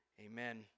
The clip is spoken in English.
Amen